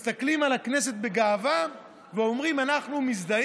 אתה אומר: אזרחי ישראל מסתכלים על הכנסת בגאווה ואומרים: אנחנו מזדהים,